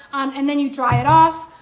and then you dry it off.